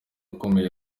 ukomeye